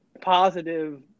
positive